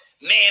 man